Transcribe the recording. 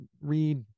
read